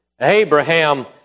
Abraham